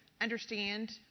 understand